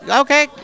okay